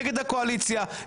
נגד הקואליציה,